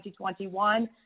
2021